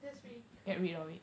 that's pretty true